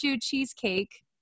cheesecake